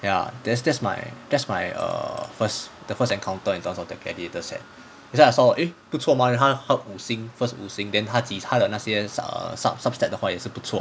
ya then that's my that's my first encounter in terms of the gladiator's set that's why I thought eh 不错 mah then 他他五星 first 五星 then 他几他的那些 su~ sub sub stat 的话也是不错